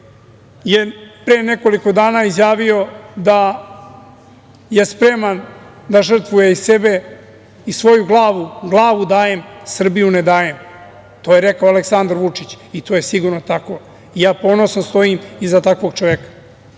je pre nekoliko dana izjavio da je spreman da žrtvuje i sebe i svoju glavu – glavu dajem, Srbiju ne dajem. To je rekao Aleksandar Vučić, i to je sigurno tako. Ja ponosno stojim iza takvog čoveka.